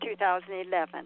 2011